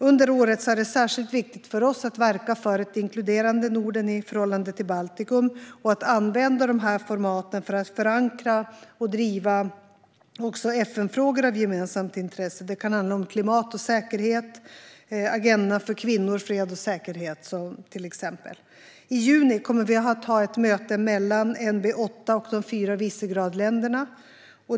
Under året är det särskilt viktigt för oss att verka för ett inkluderande Norden i förhållande till Baltikum och att använda dessa format för att förankra och driva FN-frågor av gemensamt intresse - det kan handla om klimat och säkerhet och agendan för kvinnor, fred och säkerhet. I juni kommer vi att ha ett möte mellan NB8 och de fyra Visegradländerna.